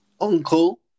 uncle